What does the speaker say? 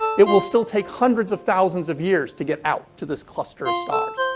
it will still take hundreds of thousands of years to get out to this cluster of stars.